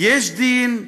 "יש דין",